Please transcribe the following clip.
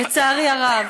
לצערי הרב,